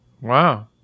Wow